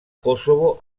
kosovo